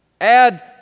add